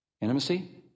Intimacy